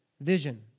vision